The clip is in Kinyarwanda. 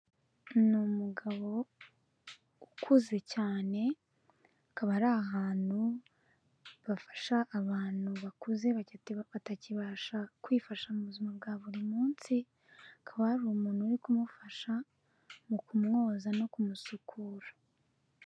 Ni umugabo ukuze cyane, akaba ari ahantu bafasha abantu bakuze batakibasha kwifasha mu buzima bwa buri munsi, akaba hari umuntu uri kumufasha mu kumwoza no kumusukura.